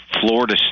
Florida